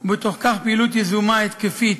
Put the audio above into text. ובתוך כך פעילות יזומה התקפית,